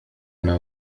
لنا